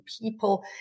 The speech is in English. people